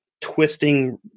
twisting